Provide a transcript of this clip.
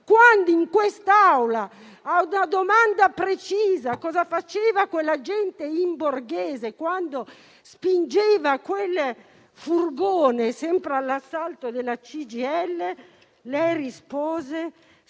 quando in quest'Aula, alla domanda precisa su cosa faceva quell'agente in borghese quando spingeva quel furgone, sempre nel corso dell'assalto alla CGIL, lei rispose